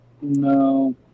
No